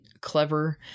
clever